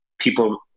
people